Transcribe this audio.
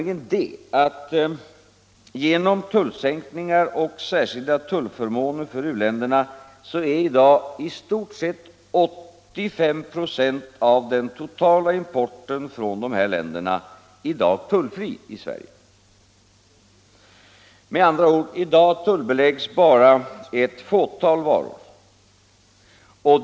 Genom tullsänkningar och särskilda tullförmåner för u-länderna är nämligen i dag i stort sett 85 96 av den totala importen från de här länderna tullfria i Sverige. Med andra ord: I dag tullbeläggs bara ett fåtal varor.